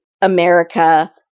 America